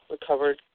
recovered